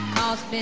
Cause